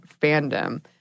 fandom